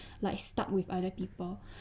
like stuck with other people